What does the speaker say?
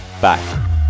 Bye